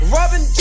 Robin